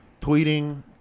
tweeting